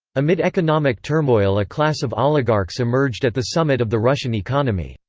amid economic turmoil a class of oligarchs emerged at the summit of the russian economy.